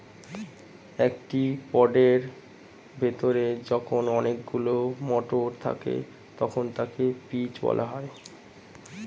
একটি পডের ভেতরে যখন অনেকগুলো মটর থাকে তখন তাকে পিজ বলা হয়